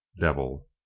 devil